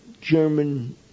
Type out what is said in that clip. German